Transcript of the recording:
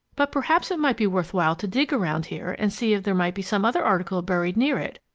but perhaps it might be worth while to dig around here and see if there might be some other article buried near it.